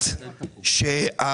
ושנית,